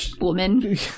woman